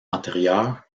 antérieure